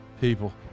people